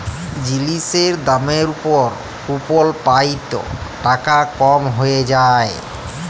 জিলিসের দামের উপর কুপল পাই ত টাকা কম হ্যঁয়ে যায়